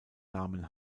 namen